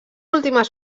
últimes